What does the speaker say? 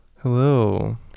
Hello